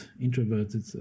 introverted